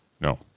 No